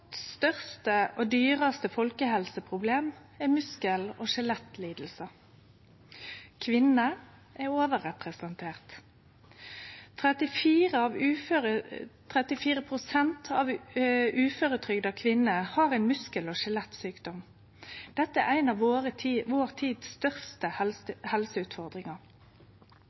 største og dyraste folkehelseproblem er muskel- og skjelettlidingar. Kvinner er overrepresentert. 34 pst. av uføretrygda kvinner har ein muskel- og skjelettsjukdom. Dette er ei av vår tids største helseutfordringar.